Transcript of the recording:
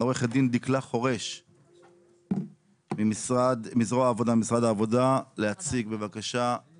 מעורכת דין דקלה חורש ממשרד העבודה, להציג